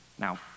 Now